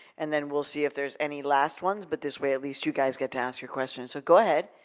and then we'll see if there's any last ones. but this way, at least you guys get to ask your questions. so go ahead,